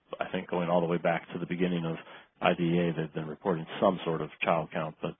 i think going all the way back to the beginning of idea that their reporting some sort of child count.